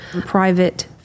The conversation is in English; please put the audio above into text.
private